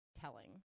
telling